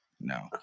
No